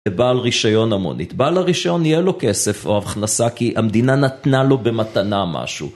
בעל רישיון המונית, בעל הרישיון יהיה לו כסף או הכנסה כי המדינה נתנה לו במתנה משהו.